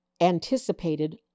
anticipated